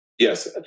Yes